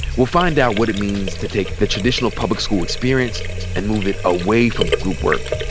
we'll find out what it means to take the traditional public school experience and move it away from group work,